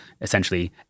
essentially